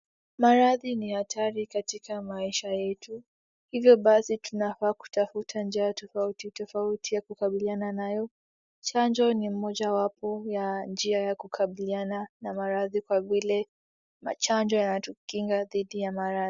Maradhi ni hatari katika maisha yetu, hivyo basi tunafaa kutafuta njia tofauti tofauti ya kukabiliana nayo. Chanjo ni moja wapo ya njia ya kukabiliana na maradhi kwa vile machanjo yanatukinga dhidi ya maradhi.